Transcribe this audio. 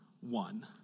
one